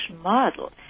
model